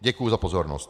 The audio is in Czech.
Děkuji za pozornost.